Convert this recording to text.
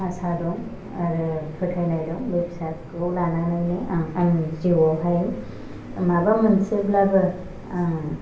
आसा दं आरो फोथायनाय दं बे फिसाखौ लानानैनो आं आंनि जिउआवहाय माबा मोनसेब्लाबो आं